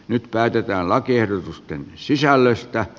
nyt päätetään lakiehdotusten sisällöstä